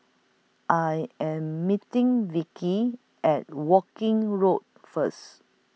I Am meeting Vickey At Woking Road First